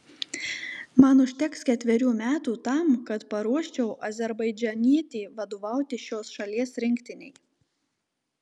man užteks ketverių metų tam kad paruoščiau azerbaidžanietį vadovauti šios šalies rinktinei